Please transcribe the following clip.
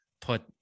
put